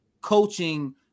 coaching